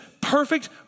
perfect